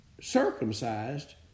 circumcised